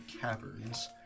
Caverns